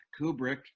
Kubrick